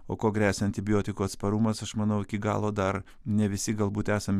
o kuo gresia antibiotikų atsparumas aš manau iki galo dar ne visi galbūt esam